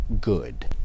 good